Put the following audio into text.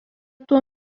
tuo